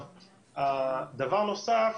דבר נוסף,